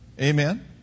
Amen